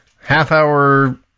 half-hour